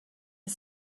est